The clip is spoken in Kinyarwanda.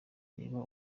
reba